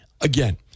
again